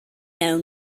know